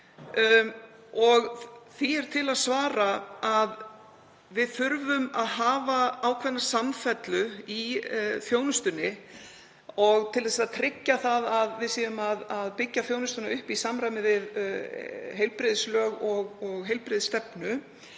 og því er til að svara að við þurfum að hafa ákveðna samfellu í þjónustunni til að tryggja að við séum að byggja þjónustuna upp í samræmi við heilbrigðislög og heilbrigðisstefnu.